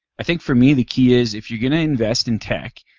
i think for me the key is, if you're going to invest in tech,